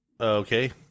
Okay